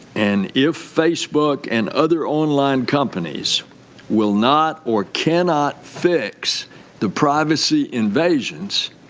and if facebook and other on-line companies will not or cannot fix the privacy invasions,